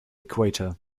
equator